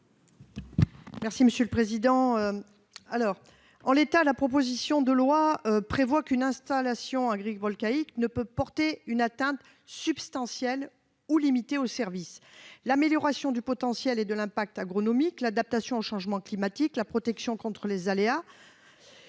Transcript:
Devésa. Dans sa rédaction actuelle, la proposition de loi prévoit qu'une installation agrivoltaïque ne peut pas porter une atteinte substantielle ou limitée aux services listés : amélioration du potentiel et de l'impact agronomique ; adaptation au changement climatique ; protection contre les aléas